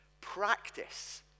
Practice